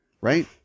right